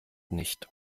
nicht